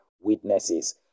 witnesses